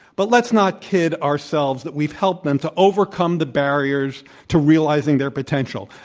but let's not kid ourselves that we've helped them to overcome the barriers to realizing their potential.